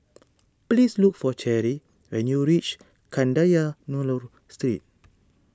please look for Cheri when you reach Kadayanallur Street